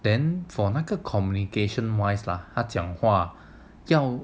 then for 那个 communication wise lah 他讲话